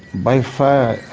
by far.